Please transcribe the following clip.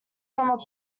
from